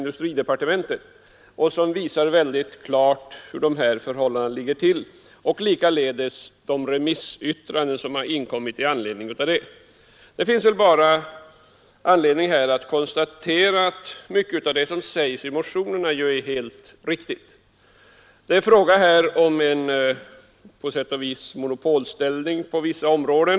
Den visar mycket klart hurudana förhållandena är, liksom de remissyttranden som kommit in i sammanhanget. Det finns här anledning konstatera att mycket av vad som sägs i motionerna är helt riktigt. Här är det på sätt och vis fråga om en monopolställning på vissa områden.